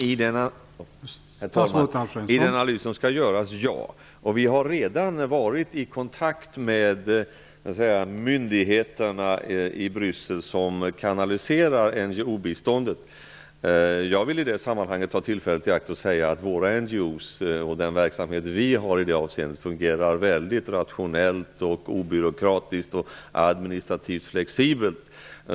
Herr talman! Ja, den ingår i den analys som skall göras. Vi har redan varit i kontakt med de myndigheter i Bryssel som kanaliserar NGO Jag vill i detta sammanhang ta tillfället i akt att säga att våra organisationer av NGO-typ och den verksamhet Sverige har i det avseendet fungerar mycket rationellt, obyråkratiskt och administrativt flexibelt.